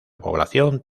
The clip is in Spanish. población